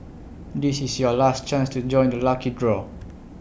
this is your last chance to join the lucky draw